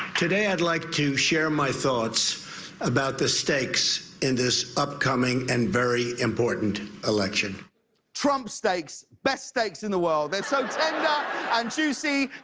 today i would like to share my thoughts about the stakes in this upcoming and very important election. james trump steaks, best steaks in the world. they're so tender and juicy.